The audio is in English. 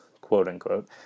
quote-unquote